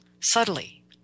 Subtly